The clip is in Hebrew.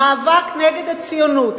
המאבק נגד הציונות,